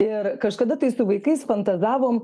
ir kažkada tai su vaikais fantazavom